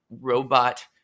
robot